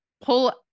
Pull